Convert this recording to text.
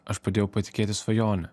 aš padėjau patikėti svajone